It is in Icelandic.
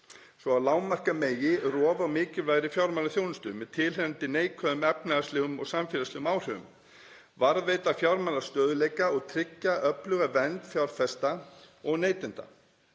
svo að lágmarka megi rof á mikilvægri fjármálaþjónustu með tilheyrandi neikvæðum efnahags- og samfélagslegum áhrifum, varðveita fjármálastöðugleika og tryggja öfluga vernd fjárfesta og neytenda.